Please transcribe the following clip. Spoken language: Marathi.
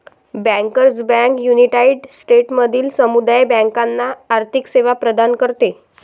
बँकर्स बँक युनायटेड स्टेट्समधील समुदाय बँकांना आर्थिक सेवा प्रदान करते